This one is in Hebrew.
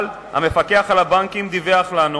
אבל המפקח על הבנקים דיווח לנו